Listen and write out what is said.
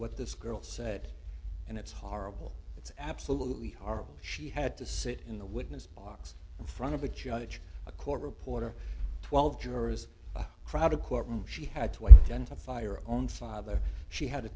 what this girl said and it's horrible it's absolutely horrible she had to sit in the witness box in front of a judge a court reporter twelve jurors a crowd a courtroom she had to identify our own father she had to